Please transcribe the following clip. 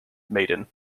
maiden